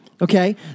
okay